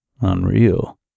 unreal